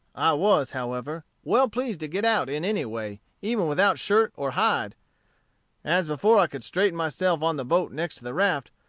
i was, however, well pleased to get out in any way, even without shirt or hide as before i could straighten myself on the boat next to the raft,